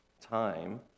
time